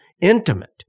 intimate